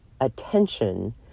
attention